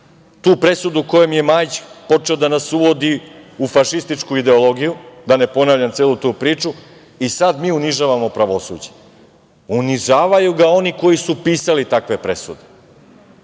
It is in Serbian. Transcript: tu presudu kojoj je Majić počeo da nas uvodi u fašističku ideologiju, da ne ponavljam celu tu priču, i sad mi unižavamo pravosuđe. Unižavaju ga oni koji su pisali takve presude.